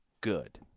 good